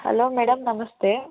hello madam ನಮಸ್ತೆ